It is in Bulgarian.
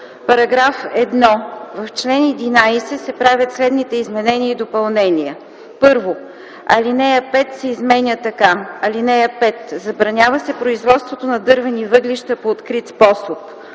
„§ 1. В чл. 11 се правят следните изменения и допълнения: 1. Алинея 5 се изменя така: „(5) Забранява се производството на дървени въглища по открит способ.”